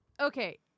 Okay